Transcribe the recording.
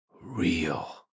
real